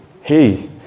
Hey